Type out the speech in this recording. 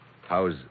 How's